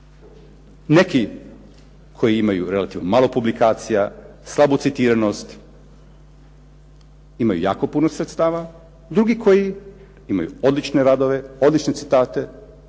Neki koji imaju relativno malo publikacija, slabu citiranost imaju jako puno sredstava, drugi koji imaju odlične radove, odlične citate,